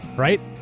right?